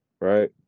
right